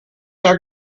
are